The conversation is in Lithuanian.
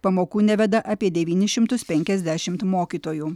pamokų neveda apie devynis šimtus penkiasdešimt mokytojų